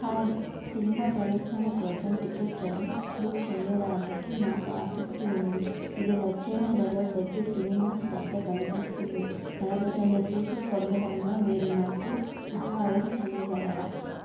hi cinema ప్రదర్శన కోసం టికెట్లను బుక్ చేయడానికి నాకు ఆసక్తి ఉంది ఇది వచ్చే నెలలో పెద్ద సినిమాస్ వద్ద కనిపిస్తుంది ఎనబై రెండు సీట్లు పొందడంలో మీరు నాకు సహాయం చేయగలరా